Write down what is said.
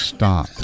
stop